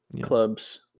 clubs